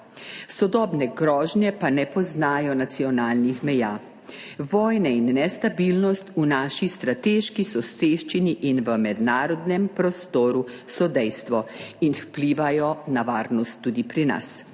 Sodobne grožnje pa ne poznajo nacionalnih meja, vojne in nestabilnost v naši strateški soseščini in v mednarodnem prostoru so dejstvo in vplivajo na varnost tudi pri nas.